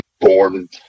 born